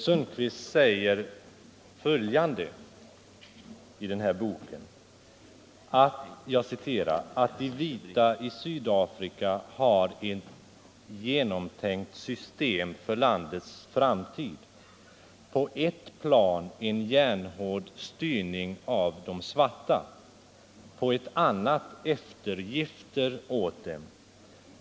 Sundqvist säger följande i den här boken: De vita i Sydafrika har ett genomtänkt system för landets framtid. På ett plan en järnhård styrning av de svarta, på ett annat eftergifter åt dem.